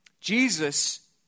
Jesus